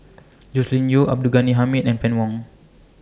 Joscelin Yeo Abdul Ghani Hamid and Fann Wong